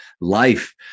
life